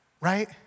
right